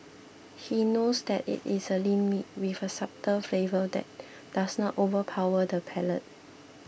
he knows that it is a lean meat with a subtle flavour that does not overpower the palate